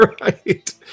Right